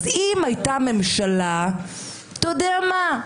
אז אם הייתה ממשלה, אתה יודע מה,